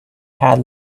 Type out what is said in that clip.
had